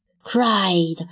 cried